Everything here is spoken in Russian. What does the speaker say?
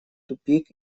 тупик